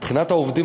מבחינת העובדים,